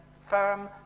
firm